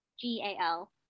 g-a-l